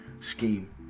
scheme